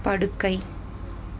படுக்கை